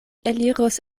eliros